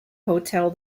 hotel